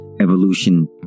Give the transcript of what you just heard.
evolution